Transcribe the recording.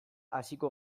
hasiko